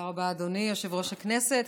תודה רבה, אדוני יושב-ראש הישיבה.